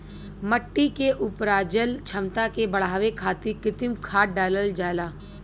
मट्टी के उपराजल क्षमता के बढ़ावे खातिर कृत्रिम खाद डालल जाला